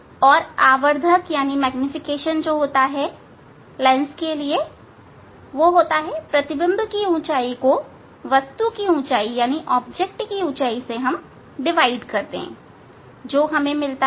और आवर्धक प्रतिबिंब की ऊंचाई को वस्तु की ऊंचाई से विभाजित करने से प्राप्त होता है जो कि vu प्राप्त होता है